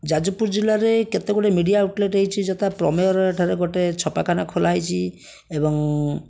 ଯାଜପୁର ଜିଲ୍ଲାରେ କେତେଗୁଡ଼ିଏ media outlet ହେଇଛି ଯଥା ପ୍ରମେୟର ଏଠାରେ ଗୋଟେ ଛପାଖାନା ଖୋଲା ହେଇଛି ଏବଂ